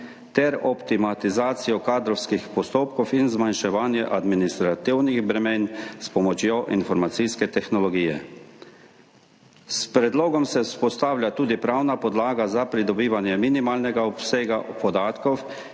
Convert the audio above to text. ter optimizacije kadrovskih postopkov in zmanjševanja administrativnih bremen s pomočjo informacijske tehnologije. S predlogom se vzpostavlja tudi pravna podlaga za pridobivanje minimalnega obsega podatkov